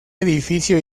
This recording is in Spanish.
edificio